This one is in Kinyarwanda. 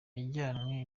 yajyanwe